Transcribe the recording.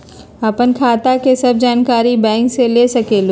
आपन खाता के सब जानकारी बैंक से ले सकेलु?